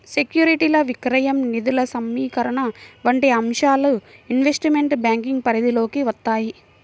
సెక్యూరిటీల విక్రయం, నిధుల సమీకరణ వంటి అంశాలు ఇన్వెస్ట్మెంట్ బ్యాంకింగ్ పరిధిలోకి వత్తాయి